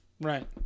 Right